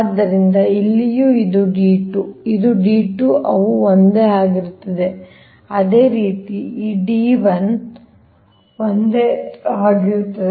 ಆದ್ದರಿಂದ ಇಲ್ಲಿಯೂ ಇದು d 2 ಇದು d 2 ಅವು ಒಂದೇ ಆಗಿರುತ್ತವೆ ಅದೇ ರೀತಿ ಈ d 1 ಈ d 1 ಅವು ಒಂದೇ ಆಗಿರುತ್ತವೆ